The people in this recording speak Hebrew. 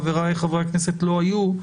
חברי הכנסת לא היו,